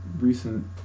recent